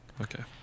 Okay